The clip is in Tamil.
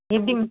எப்படி மேம்